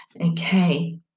Okay